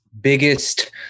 biggest